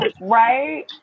Right